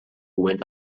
went